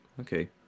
okay